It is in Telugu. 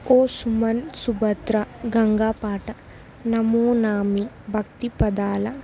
ఓసుమన్ సుభద్ర గంగా పాట నమోనామి భక్తిపదాల